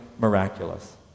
miraculous